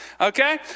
Okay